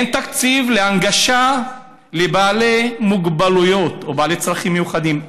אין תקציב להנגשה לבעלי מוגבלויות או בעלי צרכים מיוחדים.